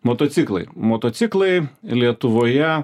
motociklai motociklai lietuvoje